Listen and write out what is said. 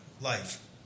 life